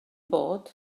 bod